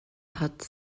hat